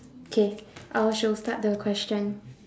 okay I'll shall start the question